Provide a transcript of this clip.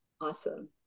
Awesome